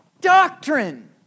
Doctrine